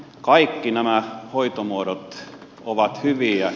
kaikki nämä hoitomuodot ovat hyviä